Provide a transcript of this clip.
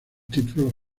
títulos